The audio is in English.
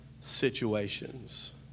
situations